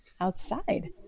outside